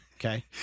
okay